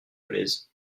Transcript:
dolez